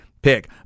pick